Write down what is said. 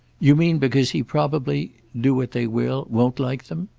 you mean because he probably do what they will won't like them?